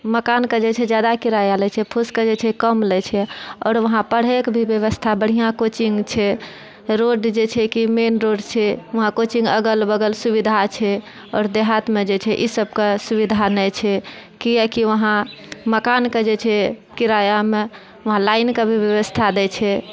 मकानके जे छै जादा किराया लै छै फूसके जे छै कम लै छै आओर वहां पढ़ैके भी व्यवस्था बढ़िआँ कोचिंग छै रोड जे छै कि मेन रोड छै वहां कोचिंग अगल बगल सुविधा छै आओर देहातमे जे छै ई सबके सुविधा नहि छै कियाकि वहां मकानके जे छै किरायामे वहां लाइनके भी व्यवस्था दै छै